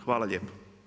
Hvala lijepo.